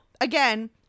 Again